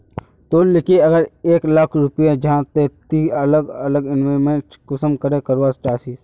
तोर लिकी अगर एक लाख रुपया जाहा ते ती अलग अलग इन्वेस्टमेंट कुंसम करे करवा चाहचिस?